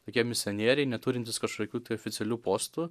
tokie misionieriai neturintys kažkokių oficialių postų